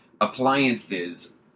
appliances